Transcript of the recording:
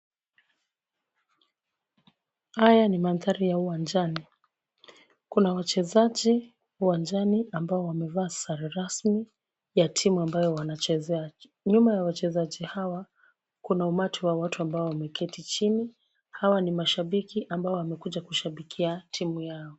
Haya ni mandhari ya uwanjani. Kuna wachezaji uwanjani ambao wamevaa sare rasmi ya timu ambayo wanachezea. Nyuma ya wachezaji hawa kuna umati wa watu ambao wameketi chini, hawa ni mashabiki ambao wamekuja kushabikia timu yao.